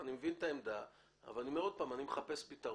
אני מבין את העמדה, אבל עוד פעם, אני מחפש פתרון.